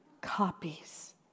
copies